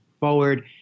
forward